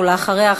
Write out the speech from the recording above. ואחריה,